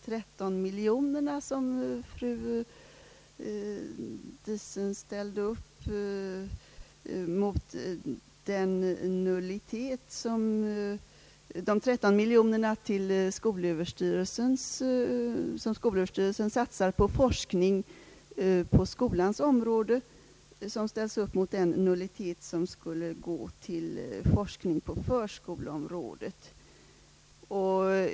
Låt mig bara ta upp frågan om de 13 miljoner som skolöverstyrelsen satsar för forskning på skolans område och som fru Diesen ställde upp mot den nullitet som skulle gå till forskning på förskoleområdet.